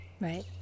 Right